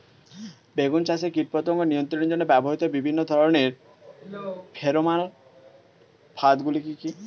বেগুন চাষে কীটপতঙ্গ নিয়ন্ত্রণের জন্য ব্যবহৃত বিভিন্ন ধরনের ফেরোমান ফাঁদ গুলি কি কি?